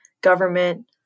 government